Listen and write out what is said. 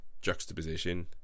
juxtaposition